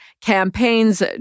Campaigns